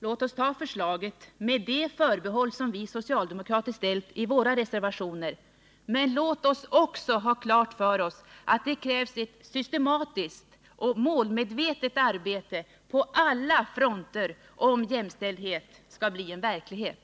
Låt oss anta förslaget, med de förbehåll som vi socialdemokrater ställt i våra reservationer, men låt oss också ha klart för oss att det krävs ett systematiskt och målmedvetet arbete på alla fronter, om jämställdhet skall bli en verklighet.